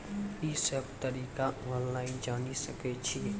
ई सब तरीका ऑनलाइन जानि सकैत छी?